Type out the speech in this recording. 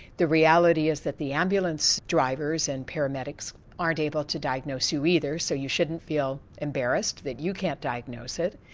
the reality is that the ambulance drivers and paramedics aren't able to diagnose you either, so you shouldn't feel embarrassed, that you can't diagnose it,